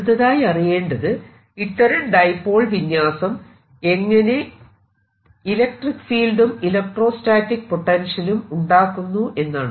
അടുത്തതായി അറിയേണ്ടത് ഇത്തരം ഡൈപോൾ വിന്യാസം എങ്ങനെ ഇലക്ട്രിക്ക് ഫീൽഡും ഇലക്ട്രോസ്റ്റാറ്റിക് പൊട്ടൻഷ്യലും ഉണ്ടാക്കുന്നു എന്നാണ്